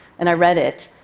and i read it,